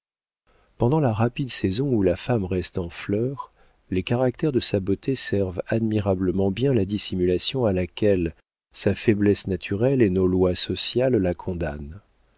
pendant la rapide saison où la femme reste en fleur les caractères de sa beauté servent admirablement bien la dissimulation à laquelle sa faiblesse naturelle et nos lois sociales la condamnent